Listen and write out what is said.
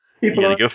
People